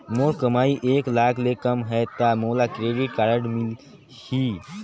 मोर कमाई एक लाख ले कम है ता मोला क्रेडिट कारड मिल ही?